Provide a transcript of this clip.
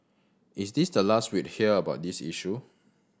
is this the last we'd hear about this issue